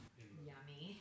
Yummy